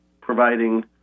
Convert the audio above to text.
providing